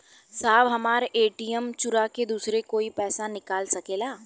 साहब हमार ए.टी.एम चूरा के दूसर कोई पैसा निकाल सकेला?